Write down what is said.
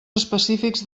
específics